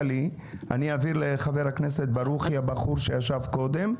אעביר לחבר הכנסת ברוכי גם את המסמך שהעברת לי.